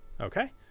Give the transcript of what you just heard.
Okay